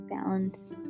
balance